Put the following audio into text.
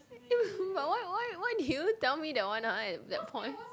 it was who but why why why did you tell me that one at that point